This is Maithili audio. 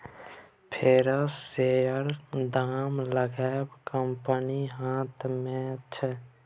प्रिफरेंस शेयरक दाम लगाएब कंपनीक हाथ मे छै